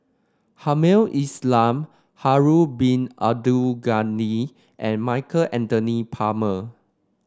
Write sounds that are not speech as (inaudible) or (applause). Hamed (unintelligible) Harun Bin Abdul Ghani and Michael Anthony Palmer